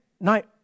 night